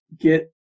get